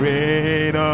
Rain